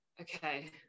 okay